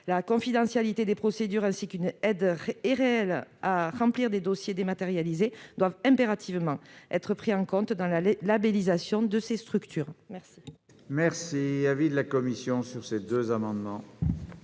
la confidentialité des procédures ainsi qu'une aide réelle à remplir des dossiers dématérialisés doivent impérativement être prises en compte dans la labellisation de ces structures. Quel